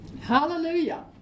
Hallelujah